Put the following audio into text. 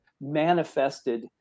manifested